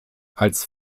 als